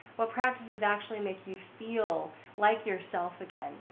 what practices actually make you feel like yourself again,